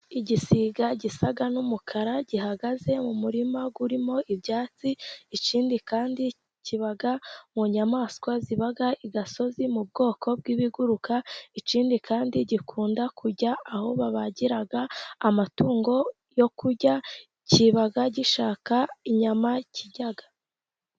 Igisiga gisa n'umukara gihagaze mu murima urimo ibyatsi, ikindi kandi kiba mu nyamaswa ziba i gasozi mu bwoko bw'ibiguruka, ikindi kandi gikunda kujya aho babagira amatungo yo kurya, kiba gishaka inyama kirya.